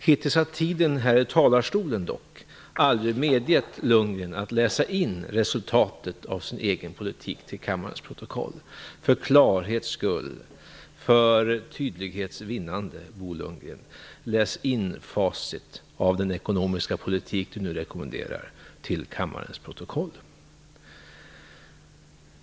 Hittills har tiden här i talarstolen dock aldrig medgett Bo Lundgren att läsa in resultatet av sin egen politik till kammarens protokoll. För tydlighets vinnande bör Bo Lundgren dock till kammarens protokoll läsa in facit av den ekonomiska politik som han rekommenderar.